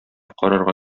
карарга